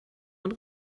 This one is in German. und